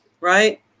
right